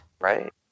Right